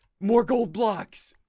more gold blocks.